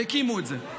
הקימו את זה.